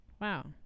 Wow